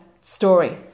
story